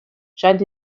scheint